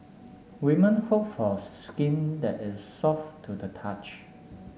women hope for that is soft to the touch